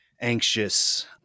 anxious